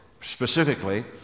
Specifically